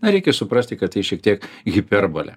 na reikia suprasti kad tai šiek tiek hiperbolė